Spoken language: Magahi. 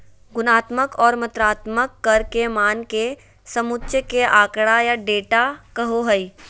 गुणात्मक और मात्रात्मक कर के मान के समुच्चय के आँकड़ा या डेटा कहो हइ